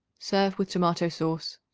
serve with tomato-sauce.